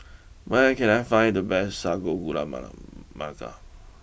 where can I find the best Sago Gula Melaka